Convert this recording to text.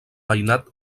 veïnat